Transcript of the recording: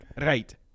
right